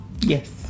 Yes